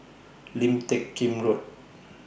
Lim Teck Kim Road